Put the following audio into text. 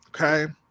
okay